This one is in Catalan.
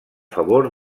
favor